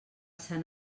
sant